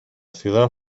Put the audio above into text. ciudad